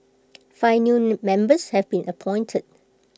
five new members have been appointed